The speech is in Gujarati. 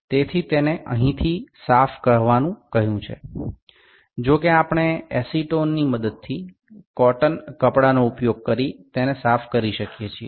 તેથી તેને અહીંથી સાફ કરવાનું કહ્યું છે જો કે આપણે એસીટોનની મદદથી કોટન કપડાનો ઉપયોગ કરી તેને સાફ કરી શકીએ છીએ